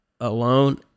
alone